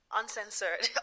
uncensored